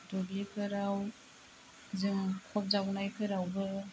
दुब्लिफोराव जोङो हाखर जावनायफोरावबो